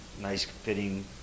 nice-fitting